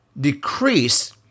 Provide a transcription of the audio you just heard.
decrease